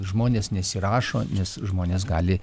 žmonės nesirašo nes žmonės gali